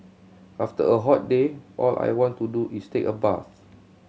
after a hot day all I want to do is take a bath